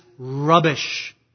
rubbish